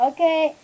Okay